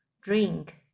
Drink